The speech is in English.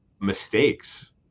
mistakes